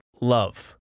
love